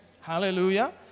Hallelujah